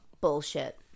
Bullshit